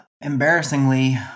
Embarrassingly